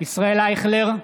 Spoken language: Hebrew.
ישראל אייכלר,